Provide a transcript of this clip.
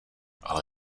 ale